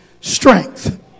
strength